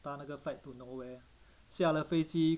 搭那个 flight to nowhere 下了飞机